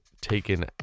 taken